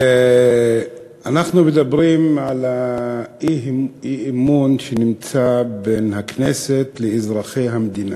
אנחנו מדברים על האי-אמון שנמצא בין הכנסת לאזרחי המדינה,